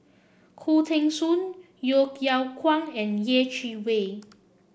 Khoo Teng Soon Yeo Yeow Kwang and Yeh Chi Wei